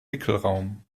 wickelraum